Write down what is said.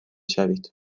شوید